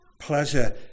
pleasure